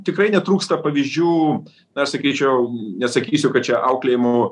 tikrai netrūksta pavyzdžių aš sakyčiau nesakysiu kad čia auklėjimo